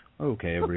okay